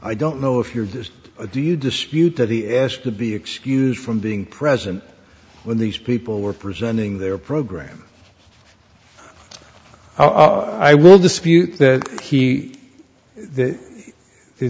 i don't know if you're just a do you dispute that he asked to be excused from being present when these people were presenting their program i would dispute that he th